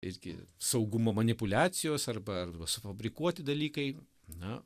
irgi saugumo manipuliacijos arba arba sufabrikuoti dalykai na